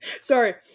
Sorry